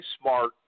smart